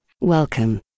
Welcome